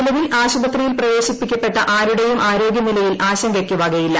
നിലവിൽ ആശുപത്രിയിൽ പ്രവേശിപ്പിക്കപ്പെട്ട ആരുടേയും ആരോഗ്യനിലയിൽ ആശങ്കയ്ക്ക് വകയില്ല